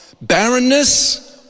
barrenness